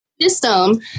system